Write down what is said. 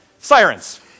Sirens